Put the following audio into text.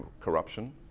corruption